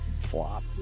Flop